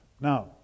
Now